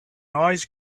always